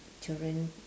children